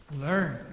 learn